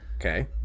okay